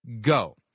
go